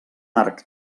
arc